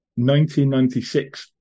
1996